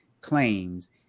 claims